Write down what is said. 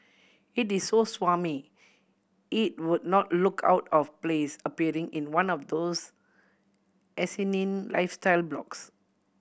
it is so smarmy it would not look out of place appearing in one of those asinine lifestyle blogs